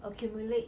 accumulate